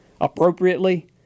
appropriately